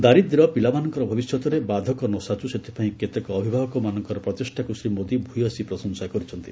ଦାରିଦ୍ର୍ୟ ପିଲାମାନଙ୍କର ଭବିଷ୍ୟତରେ ବାଧକ ନସାଜୁ ସେଥିପାଇଁ କେତେକ ଅଭିଭାବକମାନଙ୍କର ପ୍ରଚେଷ୍ଟାକୁ ଶ୍ରୀ ମୋଦି ଭୂୟସୀ ପ୍ରଶଂସା କରିଛନ୍ତି